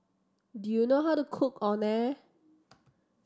do you know how to cook Orh Nee